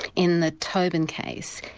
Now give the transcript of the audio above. in the toben case,